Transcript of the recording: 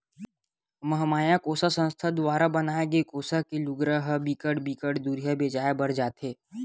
महमाया कोसा संस्था दुवारा बनाए गे कोसा के लुगरा ह बिकट बिकट दुरिहा बेचाय बर जाथे